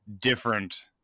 different